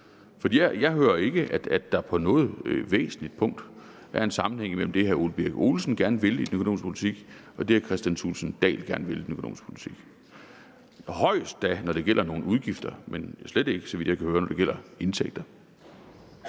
Jeg hører ikke, at der på noget væsentligt punkt er en sammenhæng mellem det, hr. Ole Birk Olesen gerne vil i den økonomiske politik, og det, hr. Kristian Thulesen Dahl gerne vil i den økonomiske politik. Det skulle da højst være, når det gælder nogle udgifter, men slet ikke, så vidt jeg kan høre, når det gælder indtægter.